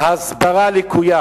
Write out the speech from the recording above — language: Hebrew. ההסברה לקויה.